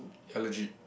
ya legit